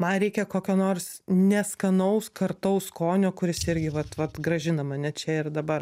man reikia kokio nors neskanaus kartaus skonio kuris irgi vat vat grąžina mane čia ir dabar